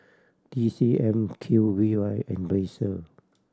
T C M Q V Y and Razer